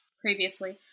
previously